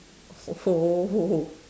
oh